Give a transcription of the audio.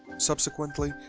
subsequently,